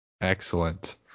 excellent